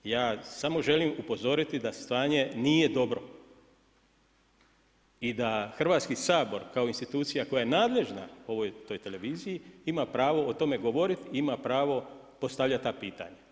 Ja samo želim upozoriti da stanje nije dobro i da Hrvatski sabor kao institucija koja je nadležna toj televiziji ima pravo o tome govoriti i ima pravo postavljat ta pitanja.